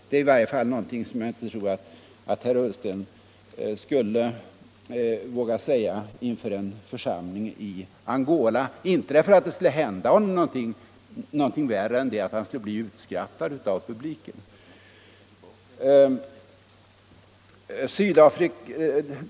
Det är i varje fall någonting som jag inte tror herr Ullsten skulle våga säga inför en församling i Angola, inte därför att det skulle hända honom någonting värre än att han skulle bli utskrattad av publiken men det är illa nog.